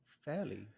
fairly